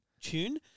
tune